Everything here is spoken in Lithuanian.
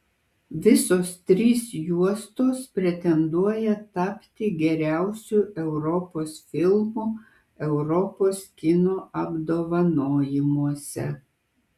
visos trys juostos pretenduoja tapti geriausiu europos filmu europos kino apdovanojimuose